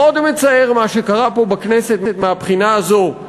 מאוד מצער מה שקרה פה בכנסת מהבחינה הזאת,